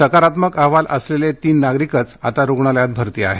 सकारात्मक अहवाल असलेले तीन नागरिकच आता रुग्णालयात भरती आहेत